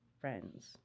friends